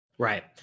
Right